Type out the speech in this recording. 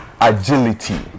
agility